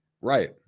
right